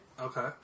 Okay